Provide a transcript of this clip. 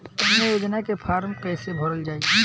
कन्या योजना के फारम् कैसे भरल जाई?